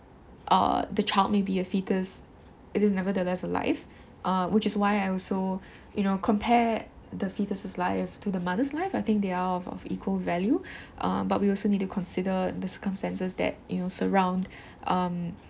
uh the child may be a fetus it is nevertheless alive uh which is why I also you know compare the fetuses life to the mother's life I think they are of of equal value uh but we also need to consider the circumstances that you know surround um